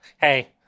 Hey